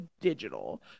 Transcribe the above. digital